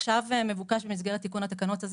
עכשיו מבוקש במסגרת תיקון התקנות הזה